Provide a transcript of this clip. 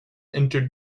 entered